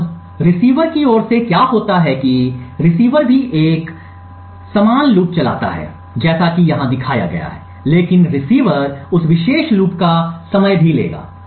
अब रिसीवर की ओर से क्या होता है कि रिसीवर भी एक समान लूप चलाता है जैसा कि यहाँ दिखाया गया है लेकिन रिसीवर उस विशेष लूप का समय भी लेगा